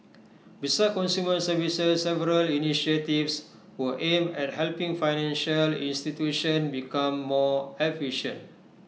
besides consumer services several initiatives were aimed at helping financial institutions become more efficient